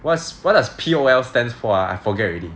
what's what does P_O_L stands for ah I forget already